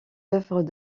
œuvres